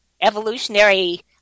evolutionary